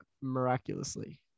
miraculously